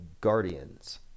guardians